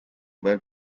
bel